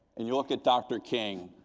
and you look at dr. king